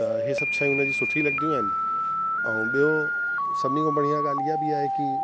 त हे सभु शइ हुन जी सुठी लॻदियूं आहिनि ऐं ॿियों सभिनी खां बढ़िया ॻाल्हि ईअं बि आहे कि